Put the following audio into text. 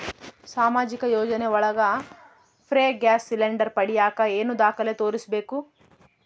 ಸಾಮಾಜಿಕ ಯೋಜನೆ ಒಳಗ ಫ್ರೇ ಗ್ಯಾಸ್ ಸಿಲಿಂಡರ್ ಪಡಿಯಾಕ ಏನು ದಾಖಲೆ ತೋರಿಸ್ಬೇಕು?